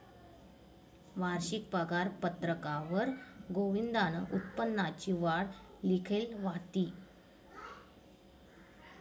वारशिक पगारपत्रकवर गोविंदनं उत्पन्ननी वाढ लिखेल व्हती